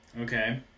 okay